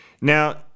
now